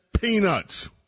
peanuts